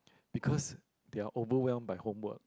because they are overwhelmed by homework